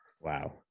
Wow